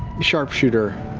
sharpshooter.